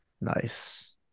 Nice